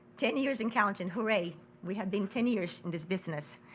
ten years in counting, hooray we have been ten years in this business.